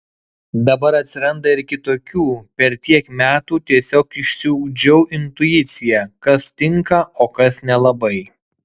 dabar atsiranda ir kitokių per tiek metų tiesiog išsiugdžiau intuiciją kas tinka o kas nelabai